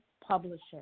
publisher